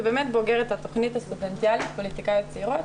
ובוגרת התוכנית הסטודנטיאלית פוליטיקאיות צעירות,